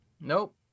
nope